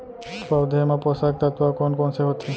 पौधे मा पोसक तत्व कोन कोन से होथे?